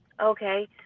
Okay